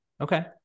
Okay